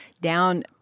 down